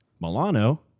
Milano